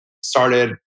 started